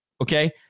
okay